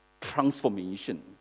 transformation